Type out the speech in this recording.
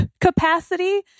capacity